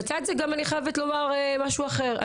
לצד זה, אני חייבת לומר משהו אחר.